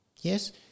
Yes